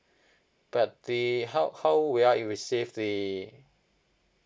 but the how how will I receive the